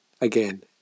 again